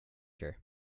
her